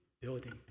building